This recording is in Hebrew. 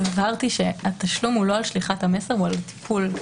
הבהרתי שהתשלום הוא לא על שליחת המסר אלא הוא על טיפול.